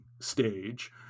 stage